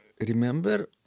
Remember